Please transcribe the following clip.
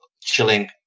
chilling